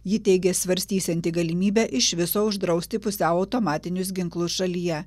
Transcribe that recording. ji teigė svarstysianti galimybę iš viso uždrausti pusiau automatinius ginklus šalyje